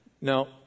Now